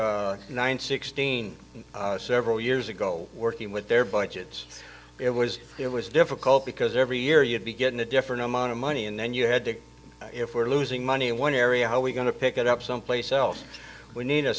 at nine sixteen several years ago working with their budgets it was it was difficult because every year you'd be getting a different amount of money and then you had to if we're losing money in one area how we going to pick it up someplace else we need a